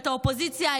את האופוזיציה,